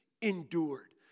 endured